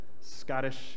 Scottish